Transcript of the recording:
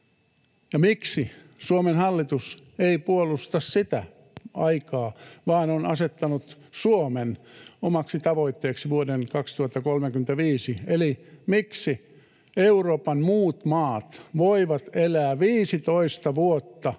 miksi Suomen hallitus ei puolusta sitä aikaa vaan on asettanut Suomen omaksi tavoitteeksi vuoden 2035, eli miksi Euroopan muut maat voivat elää 15 vuotta myöhemmässä